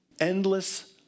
endless